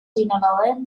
benevolent